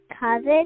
cousin